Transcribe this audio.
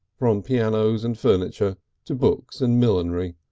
from pianos and furniture to books and millinery,